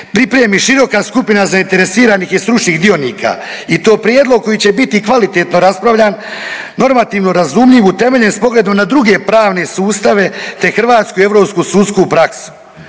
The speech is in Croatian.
pripremi široka skupina zainteresiranih i stručnih dionika i to prijedlog koji će biti kvalitetno raspravljan, normativno razumljiv, utemeljen s pogledom na druge pravne sustave te hrvatsku i europsku sudsku praksu.